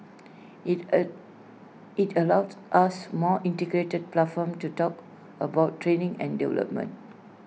IT it allowed us more integrated platform to talk about training and development